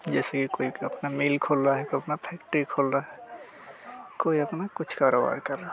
जैसे कि कोई अपना मिल खोल रहा है कोई अपना फैक्ट्री खोल रहा है कोई अपना कुछ कारोबार कर रहा है